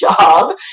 job